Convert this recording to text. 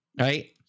Right